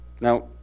Now